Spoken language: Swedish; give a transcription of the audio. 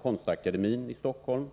Konstakademin i Stockholm.